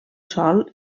sòl